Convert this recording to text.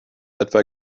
etwa